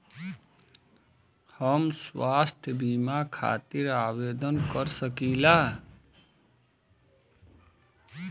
हम स्वास्थ्य बीमा खातिर आवेदन कर सकीला?